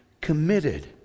Committed